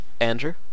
Andrew